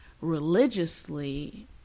religiously